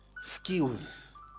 Skills